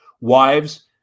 Wives